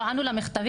לא ענו למכתבים.